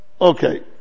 Okay